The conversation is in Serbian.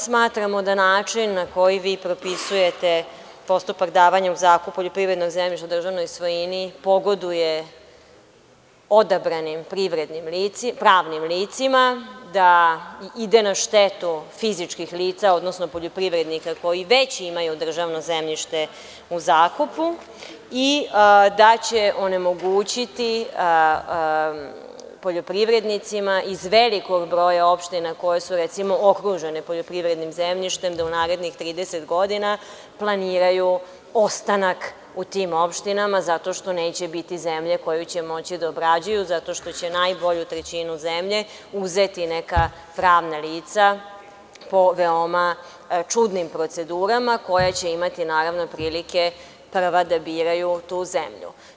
Smatramo da način na koji vi propisujete postupak davanja u zakup poljoprivrednog zemljišta u državnoj svojini pogoduje odabranim pravnim licima, da ide na štetu fizičkih lica, odnosno poljoprivrednika koji već imaju državno zemljište u zakupu i da će onemogućiti poljoprivrednicima iz velikog broja opština, koje su recimo okružene poljoprivrednim zemljištem, da u narednih 30 godina planiraju ostanak u tim opštinama, jer neće biti zemlje koju će moći da obrađuju zato što će najbolju trećinu zemlje uzeti neka pravna lica po veoma čudnim procedurama koje će imati, naravno, prilike prva da biraju tu zemlju.